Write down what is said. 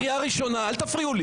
קריאה ראשונה, קריאה ראשונה.